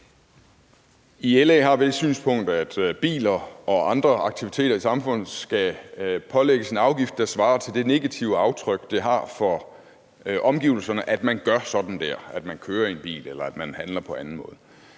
I LA har vi det synspunkt, at biler og andre aktiviteter i samfundet skal pålægges en afgift, der svarer til det negative aftryk, det har for omgivelserne, at man gør sådan dér, altså at man kører i en bil, eller at man handler på anden måde.